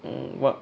mm what